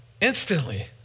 Instantly